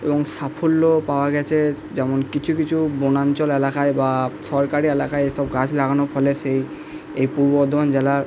এবং সাফল্যও পাওয়া গেছে যেমন কিছু কিছু বনাঞ্চল এলাকায় বা সরকারি এলাকায় এসব গাছ লাগানোর ফলে সেই এই পূর্ব বর্ধমান জেলার